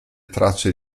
tracce